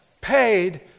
paid